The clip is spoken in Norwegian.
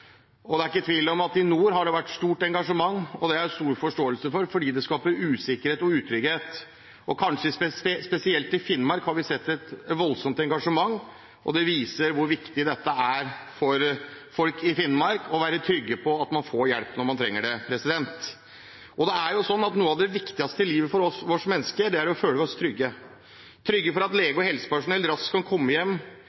Det er ikke tvil om at i nord har det vært stort engasjement, og det har jeg stor forståelse for, for det skaper usikkerhet og utrygghet. Kanskje spesielt i Finnmark har vi sett et voldsomt engasjement, og det viser hvor viktig det er for folk i Finnmark å være trygg på at man får hjelp når man trenger det. Noe av det viktigste i livet for oss mennesker er å føle oss trygge – trygge for at